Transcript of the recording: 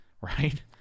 right